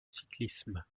cyclisme